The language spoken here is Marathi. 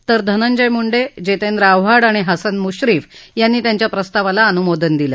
तर धनंजय मुंडे जितेंद्र आव्हाड आणि हसन मुश्रीफ यांनी त्यांच्या प्रस्तावाला अनुमोदन दिलं